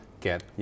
get